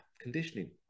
conditioning